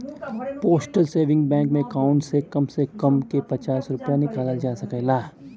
postal saving bank में account से कम से कम हे पचास रूपया निकालल जा सकता